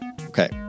Okay